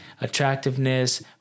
attractiveness